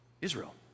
Israel